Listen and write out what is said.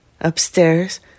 upstairs